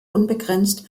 unbegrenzt